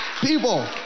people